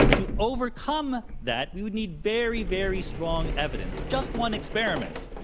to overcome that, we would need very, very strong evidence, just one experiment,